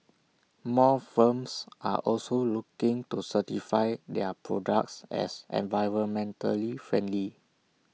more firms are also looking to certify their products as environmentally friendly